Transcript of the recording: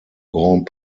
grand